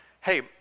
hey